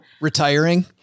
Retiring